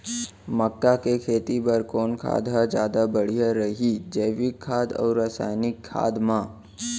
मक्का के खेती बर कोन खाद ह जादा बढ़िया रही, जैविक खाद अऊ रसायनिक खाद मा?